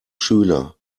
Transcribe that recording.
schüler